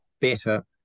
better